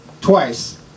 twice